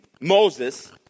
moses